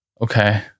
Okay